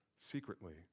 secretly